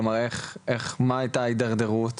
מה היתה ההתדרדרות?